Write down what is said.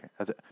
okay